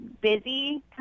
busy